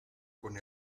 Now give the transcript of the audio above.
con